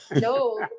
No